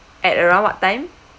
at around what time